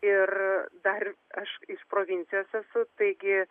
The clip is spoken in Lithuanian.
ir dar aš iš provincijos esu taigi